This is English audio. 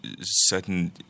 certain